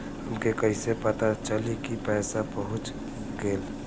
हमके कईसे पता चली कि पैसा पहुच गेल?